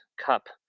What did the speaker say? cup